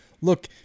look